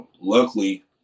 luckily